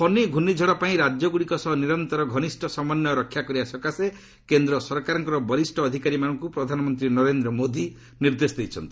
ଫନି ୍ଘର୍ଷ୍ଣିଝଡ଼ ପାଇଁ ରାଜ୍ୟଗୁଡ଼ିକ ସହ ନିରନ୍ତର ଘନିଷ୍ଠ ସମନ୍ୱୟ ରକ୍ଷା କରିବା ସକାଶେ କେନ୍ଦ୍ର ସରକାରଙ୍କର ବରିଷ୍ଣ ଅଧିକାରୀମାନଙ୍କୁ ପ୍ରଧାନମନ୍ତ୍ରୀ ନରେନ୍ଦ୍ର ମୋଦି ନିର୍ଦ୍ଦେଶ ଦେଇଛନ୍ତି